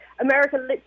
America